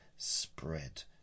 spread